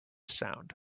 sound